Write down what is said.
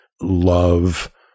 love